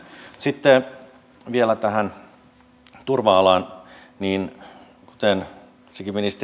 mutta sitten vielä tähän turva alaan